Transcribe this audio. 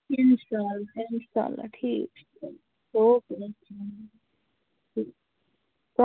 تھیٖکھ چھُ ادٕ کیٚاہ اِنشاء اللہ ٹھیٖکھ چھُ او کے